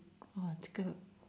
!wah! 这个